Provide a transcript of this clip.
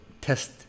test